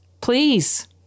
please